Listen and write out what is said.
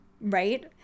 Right